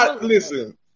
Listen